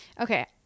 Okay